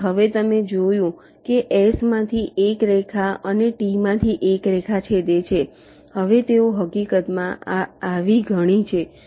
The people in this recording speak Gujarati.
તેથી હવે તમે જોયું છે કે S માંથી એક રેખા અને T માંથી એક રેખા છેદે છે હવે તેઓ હકીકતમાં આવી ઘણી છે